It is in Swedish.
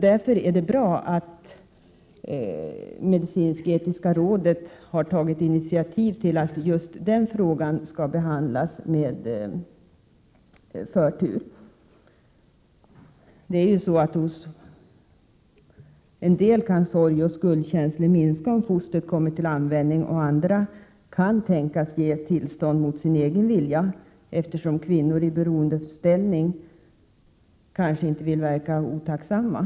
Därför är det bra att medicinsk-etiska rådet har tagit initiativ till att just den frågan skall behandlas med förtur. Hos en del kan sorgoch skuldkänslor minska, om fostret kommer till användning. Andra kan tänkas ge tillstånd mot sin egen vilja, eftersom kvinnor i beroendeställning kanske inte vill verka otacksamma.